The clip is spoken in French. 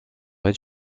rez